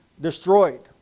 destroyed